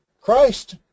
Christ